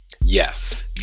Yes